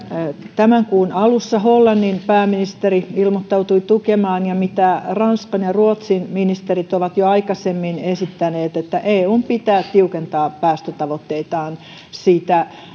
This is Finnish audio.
tämän kuun alussa hollannin pääministeri ilmoittautui tukemaan ja mitä ranskan ja ruotsin ministerit ovat jo aikaisemmin esittäneet että eun pitää tiukentaa päästötavoitteitaan siitä